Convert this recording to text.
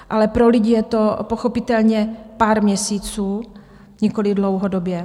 Ale pro lidi je to pochopitelně pár měsíců, nikoliv dlouhodobě.